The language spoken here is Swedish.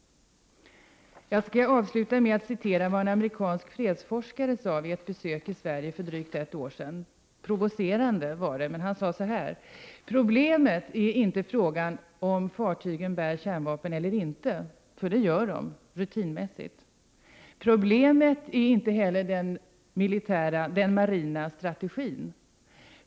Jag skall avsluta med att återge vad en amerikansk fredsforskare sade, provocerande, vid ett besök i Sverige för drygt ett år sedan: Problemet är inte frågan om fartygen bär kärnvapen eller inte, för det gör de, rutinmässigt. Problemet är inte heller den marina strategin.